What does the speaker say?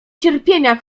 cierpienia